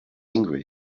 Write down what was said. angry